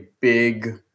big